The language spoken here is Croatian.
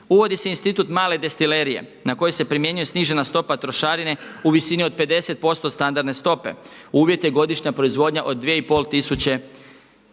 Uvodi se institut male destilerije na koju se primjenjuje snižena stopa trošarine u visini od 50% od standardne stope, uvjet je godišnja proizvodnja od 2,5 tisuće